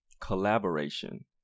collaboration